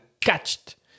catched